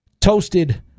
toasted